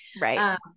Right